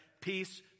peace